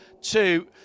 two